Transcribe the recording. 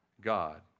God